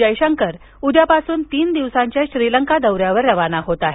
जयशंकर उद्यापासून तीन दिवसांच्या श्रीलंका दौऱ्यावर रवाना होत आहेत